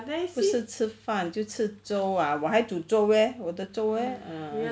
都是吃饭就吃粥 ah 我还煮粥 leh 我的粥 eh ah